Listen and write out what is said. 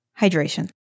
Hydration